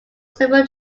several